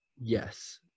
Yes